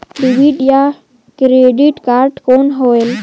Debit या credit card कौन होएल?